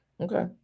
Okay